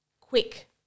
quick